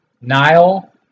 Nile